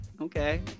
Okay